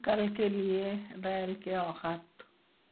کل کے لئے ریل کے اوقات